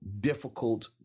difficult